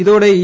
ഇതോടെ ഇ